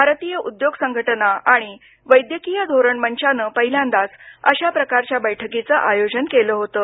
भारतीय उद्योग संघटना आणि वैज्ञानिक धोरण मंचानं पहिल्यांदाच अशा प्रकारच्या बैठकिच आयोजन केलं होतं